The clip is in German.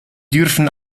dürfen